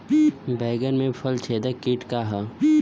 बैंगन में फल छेदक किट का ह?